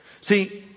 See